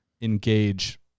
engage